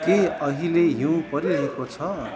के अहिले हिउँ परिरहेको छ